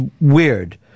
weird